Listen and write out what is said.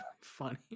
funny